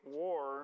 war